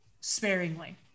sparingly